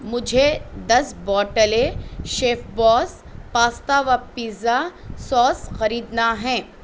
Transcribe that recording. مجھے دس بوتلیں شیف باس پاستا و پیتزا سوس خریدنا ہیں